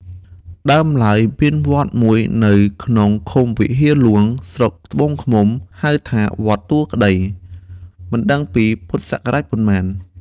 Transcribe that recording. ដើមឡើយ មានវត្តមួយនៅក្នុងឃុំវិហារហ្លួង ស្រុកត្បូងឃ្មុំ ហៅថា “វត្តទួលក្ដី” (មិនដឹងពីពុទ្ធសករាជប៉ុន្មាន) ។